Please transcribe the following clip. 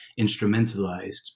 instrumentalized